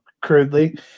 crudely